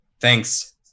thanks